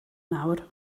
nawr